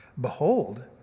behold